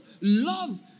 Love